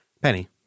Penny